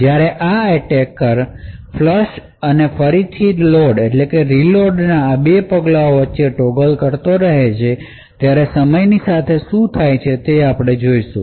જ્યારે આ attacker flush અને ફરીથી લોડના આ 2 પગલાંઓ વચ્ચે ટોગલ કરતો રહે છે ત્યારે સમયની સાથે શું થાય છે તે જોશું